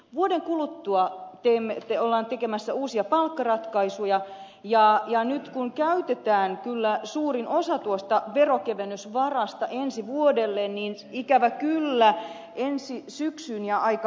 vuoden kuluttua olemme tekemässä uusia palkkaratkaisuja ja nyt kun käytetään kyllä suurin osa tuosta veronkevennysvarasta ensi vuodelle niin ikävä kyllä ensi syksyyn jää aika vähän rahaa